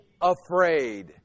afraid